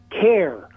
care